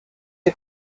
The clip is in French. est